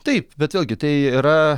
taip bet vėlgi tai yra